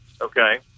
Okay